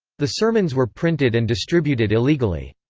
the sermons were printed and distributed illegally.